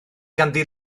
ganddi